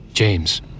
James